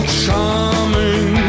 charming